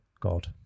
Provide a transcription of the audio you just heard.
god